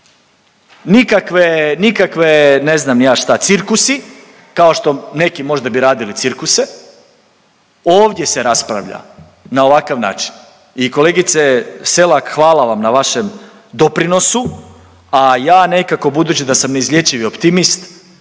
nikakve, ne znam ni ja šta, cirkusi, kao što neki možda bi radili cirkuse, ovdje se raspravlja na ovakav način i kolegice Selak, hvala vam na vašem doprinosu, a ja nekako budući da sam neizlječivi optimist,